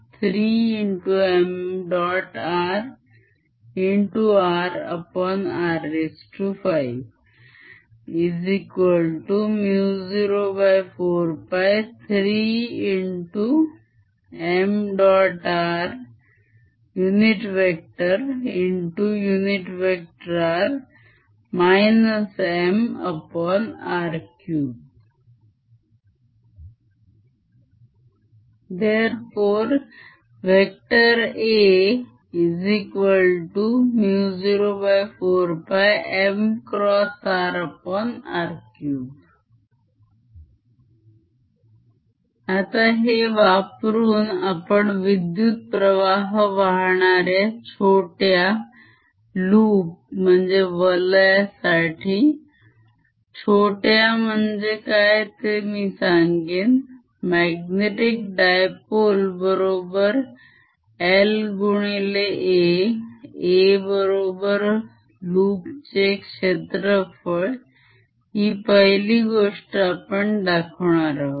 rr mr3 ∴Ar04πmrr3 आता हे वापरून आपण विद्युत्प्रवाह वाहणाऱ्या छोट्या loopवलय साठी छोट्या म्हणजे काय ते मी सांगेन magnetic dipole बरोबर I गुणिले A A बरोबर loop चे क्षेत्रफळ हि पहिली गोष्ट आपण दाखवणार आहोत